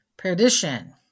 Perdition